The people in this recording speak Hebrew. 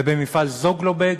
ובמפעל "זוגלובק",